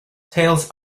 tails